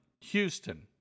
Houston